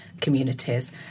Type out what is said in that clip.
Communities